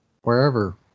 wherever